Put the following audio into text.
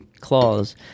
claws